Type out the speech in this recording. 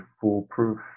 foolproof